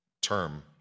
term